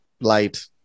light